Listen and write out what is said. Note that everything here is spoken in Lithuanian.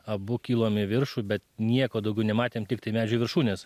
abu kilom į viršų bet nieko daugiau nematėm tiktai medžių viršūnes